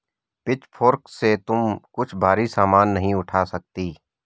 pitchfork से तुम कुछ भारी सामान नहीं उठा सकती